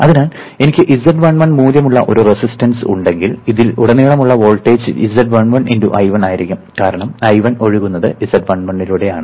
അതിനാൽ എനിക്ക് z11 മൂല്യമുള്ള ഒരു റെസിസ്റ്റൻസ് ഉണ്ടെങ്കിൽ അതിൽ ഉടനീളമുള്ള വോൾട്ടേജ് z11 × I1 ആയിരിക്കും കാരണം I1 ഒഴുകുന്നത് z11 ലൂടെയാണ്